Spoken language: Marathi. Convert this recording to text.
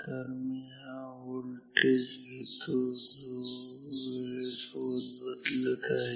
तर मी हा व्होल्टेज घेतो जो वेळेसोबत बदलत आहे